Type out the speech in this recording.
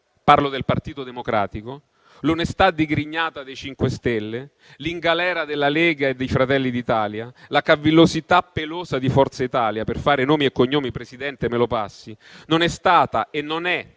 (parlo del Partito Democratico), l'onestà digrignata dei 5 Stelle, l'"in galera" della Lega e di Fratelli d'Italia, la cavillosità pelosa di Forza Italia, per fare nomi e cognomi - Presidente, me lo passi -, non è stata, non è